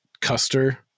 Custer